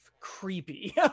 creepy